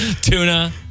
Tuna